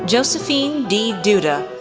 josephine d. duda,